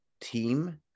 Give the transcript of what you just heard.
team